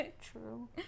true